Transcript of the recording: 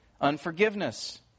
unforgiveness